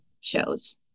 shows